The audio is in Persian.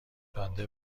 جاده